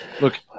Look